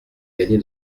gagner